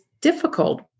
difficult